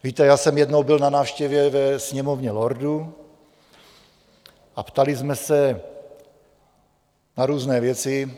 Víte, já jsem byl jednou na návštěvě ve Sněmovně lordů a ptali jsme se na různé věci.